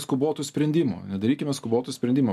skubotų sprendimų nedarykime skubotų sprendimų